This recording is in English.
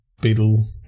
Beetle